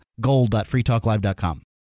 gold.freetalklive.com